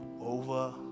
over